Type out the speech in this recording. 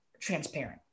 transparent